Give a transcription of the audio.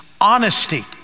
honesty